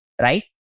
right